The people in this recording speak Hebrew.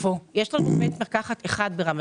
יש לנו, לצערי, בית מרקחת אחד ברמת